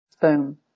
Boom